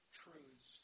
truths